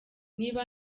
niba